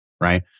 right